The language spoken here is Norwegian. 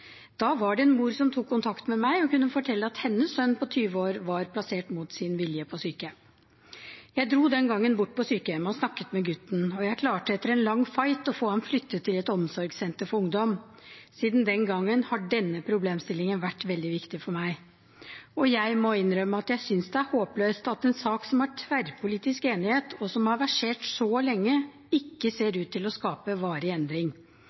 Da var det en mor som tok kontakt med meg, og hun kunne fortelle at hennes sønn på 20 år mot sin vilje var plassert på sykehjem. Jeg dro den gangen bort på sykehjemmet og snakket med gutten, og jeg klarte etter en lang fight å få ham flyttet til et omsorgssenter for ungdom. Siden den gangen har denne problemstillingen vært veldig viktig for meg. Jeg må innrømme at jeg synes det er håpløst at en sak det er tverrpolitisk enighet om, og som har versert så lenge, ikke ser ut til å skape varig endring.